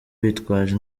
bitwaje